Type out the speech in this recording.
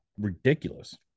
ridiculous